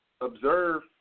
observe